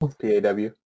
P-A-W